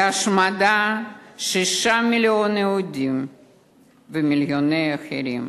להשמדה של שישה מיליון יהודים ומיליוני אחרים.